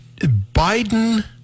Biden